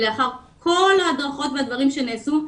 לאחר כל ההדרכות והדברים שנעשו,